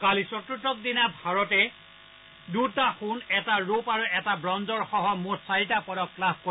কালি চতুৰ্দশ দিনা ভাৰতে দুটা সোণ এটা ৰূপ আৰু এটা ৱঞ্জসহ মুঠ চাৰিটা পদক লাভ কৰে